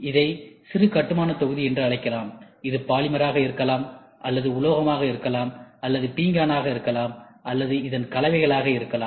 இதை சிறு கட்டுமான தொகுதி என அழைக்கலாம் இது பாலிமராக இருக்கலாம் இது உலோகமாக இருக்கலாம் இது பீங்கானாக இருக்கலாம் அல்லதுஇதன் கலவையாக இருக்கலாம்